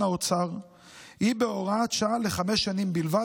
האוצר היא בהוראת שעה לחמש שנים בלבד,